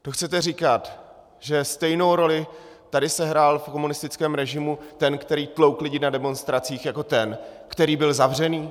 To chcete říkat, že stejnou roli tady sehrál v komunistickém režimu ten, který tloukl lidi na demonstracích, jako ten, který byl zavřený?